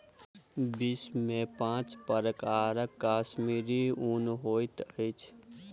विश्व में पांच प्रकारक कश्मीरी ऊन होइत अछि